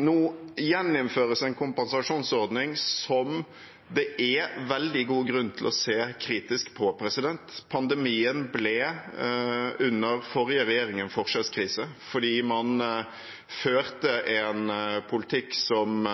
Nå gjeninnføres en kompensasjonsordning som det er veldig god grunn til å se kritisk på. Pandemien ble under forrige regjering en forskjellskrise fordi man førte en politikk som